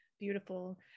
beautiful